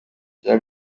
bya